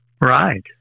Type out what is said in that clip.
right